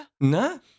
No